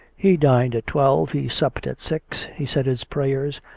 he dined at twelve, he supped at six, he said his prayers,